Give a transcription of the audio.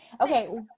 Okay